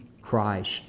Christ